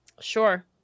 sure